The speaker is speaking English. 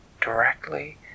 directly